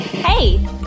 Hey